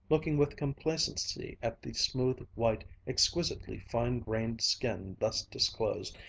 looking with complacency at the smooth, white, exquisitely fine-grained skin thus disclosed,